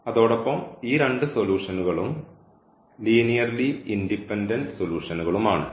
അതോടൊപ്പം ഈ രണ്ട് സൊലൂഷൻകളും ലീനിയർലി ഇൻഡിപെൻഡൻറ് സൊലൂഷൻകളും ആണ്